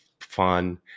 fun